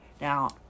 Now